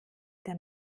der